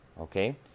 okay